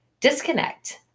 disconnect